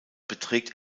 beträgt